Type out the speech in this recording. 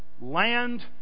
Land